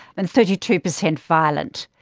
and thirty two percent violence,